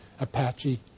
Apache